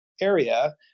area